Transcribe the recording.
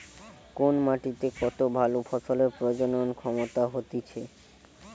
কোন মাটিতে কত ভালো ফসলের প্রজনন ক্ষমতা হতিছে